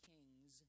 Kings